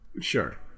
sure